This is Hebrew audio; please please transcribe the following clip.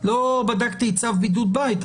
לא בדקתי את צו בידוד בית,